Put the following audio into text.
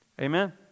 Amen